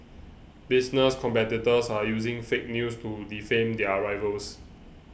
business competitors are using fake news to defame their rivals